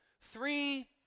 three